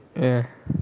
ya